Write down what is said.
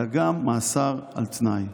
אלא גם מאסר על תנאי.